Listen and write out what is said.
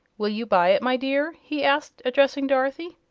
will you buy it, my dear? he asked, addressing dorothy.